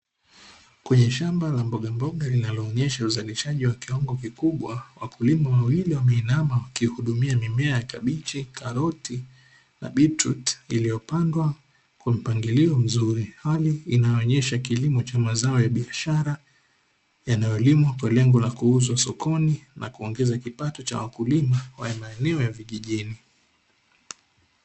Kwenye shamba la mbogamboga linaloonyesha uzalishaji wa kiwango kikubwa, wakulima wawili wameinama wakihudumia mimea ya: kabichi, karoti na beetroot; iliyopandwa kwa mpangilio mzuri. Hali inayoonyesha kilimo cha mazao ya biashara yanayolimwa kwa lengo la kuuzwa sokoni na kuongeza kipato cha wakulima wa maeneo ya vijijini.